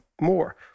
more